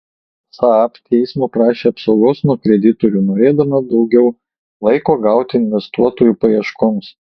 saab teismo prašė apsaugos nuo kreditorių norėdama daugiau laiko gauti investuotojų paieškoms